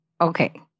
Okay